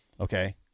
Okay